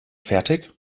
fertig